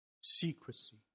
Secrecy